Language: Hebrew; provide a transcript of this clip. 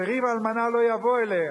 וריב אלמנה לא יבוא אליהם".